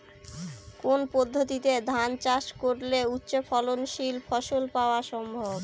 কোন পদ্ধতিতে ধান চাষ করলে উচ্চফলনশীল ফসল পাওয়া সম্ভব?